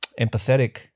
empathetic